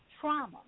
trauma